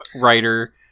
writer